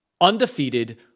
undefeated